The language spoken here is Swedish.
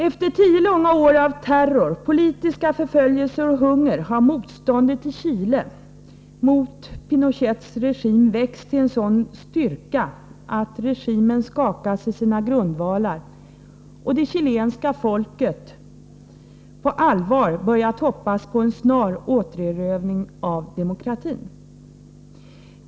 ”Efter tio långa år av terror, politiska förföljelser och hunger har motståndet i Chile mot Pinochets regim växt till en sådan styrka, att regimen skakas sina grundvalar och det chilenska folket på allvar börjar hoppas på en snar återerövring av demokratin.